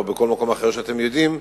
או בכל מקום שאתם יודעים,